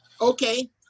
Okay